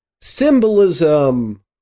symbolism